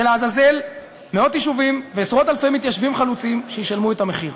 ולעזאזל מאות יישובים ועשרות-אלפי מתיישבים חלוצים שישלמו את המחיר.